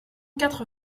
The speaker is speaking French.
quatre